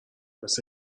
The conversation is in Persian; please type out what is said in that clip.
مثل